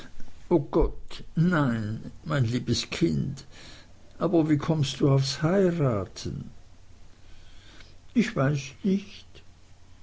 o gott nein mein liebes kind aber wie kommst du aufs heiraten ich weiß nicht